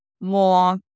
more